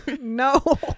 no